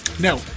No